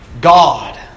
God